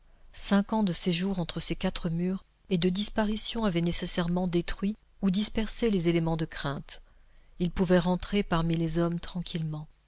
cinq ans de séjour entre ces quatre murs et de disparition avaient nécessairement détruit ou dispersé les éléments de crainte il pouvait rentrer parmi les hommes tranquillement